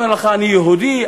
אומר לך: אני יהודי.